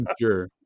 sure